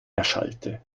erschallte